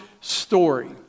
Story